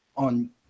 on